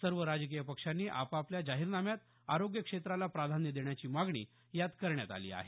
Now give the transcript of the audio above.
सर्व राजकीय पक्षांनी आपापल्या जाहीरनाम्यात आरोग्य क्षेत्राला प्राधान्य देण्याची मागणी यात करण्यात आली आहे